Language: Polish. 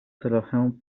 trochę